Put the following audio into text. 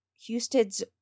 Houston's